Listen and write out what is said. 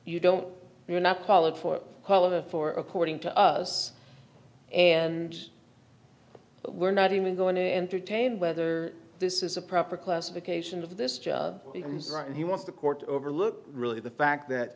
you don't we're not qualified color for according to us and we're not even going to entertain whether this is a proper classification of this job and he wants the court overlook really the fact that